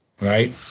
Right